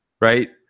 right